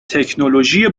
تکنولوژی